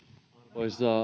arvoisa